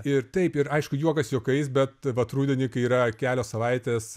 ir taip ir aišku juokas juokais bet vat rudenį kai yra kelios savaitės